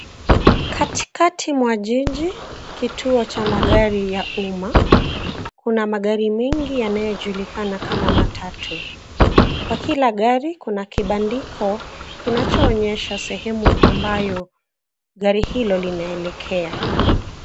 Katikati mwa jiji, kituo cha magari ya umma, kuna magari mengi yanayojulikana kama matatu. Kwa kila gari kuna kibandiko kinachoonyesha sehemu ambayo gari hilo linaelekea.